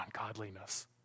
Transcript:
ungodliness